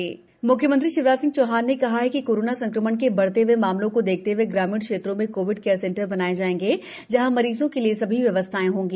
ग्रामीण सेंटर मुख्यमंत्री शिवराज सिंह चौहान ने कहा है कि कोरोना संक्रमण के बढ़ते हए मामलों को देखते हए ग्रामीण क्षेत्रों में कोविड केयर सेंटर बनाये जायेंगे जहाँ मरीजों के लिये सभी व्यवस्थाएँ होंगी